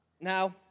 Now